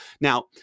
Now